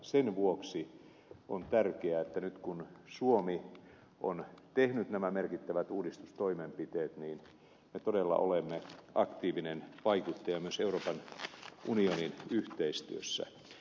sen vuoksi on tärkeää että nyt kun suomi on tehnyt nämä merkittävät uudistustoimenpiteet me todella olemme aktiivinen vaikuttaja myös euroopan unionin yhteistyössä